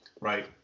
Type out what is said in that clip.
right